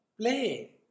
play